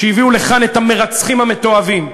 שהביאו לכאן את המרצחים המתועבים.